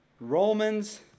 Romans